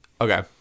Okay